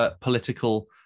political